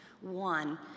One